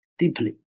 deeply